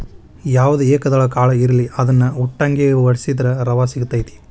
ಯಾವ್ದ ಏಕದಳ ಕಾಳ ಇರ್ಲಿ ಅದ್ನಾ ಉಟ್ಟಂಗೆ ವಡ್ಸಿದ್ರ ರವಾ ಸಿಗತೈತಿ